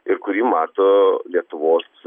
ir kurį mato lietuvos